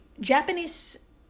Japanese